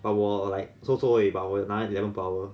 but 我 like 做做而已 but 我有拿 eleven per hour